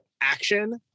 action